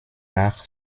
nach